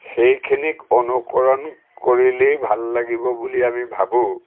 সেইখিনিক অনুকৰণ কৰিলেই ভাল লাগিব বুলি আমি ভাবোঁ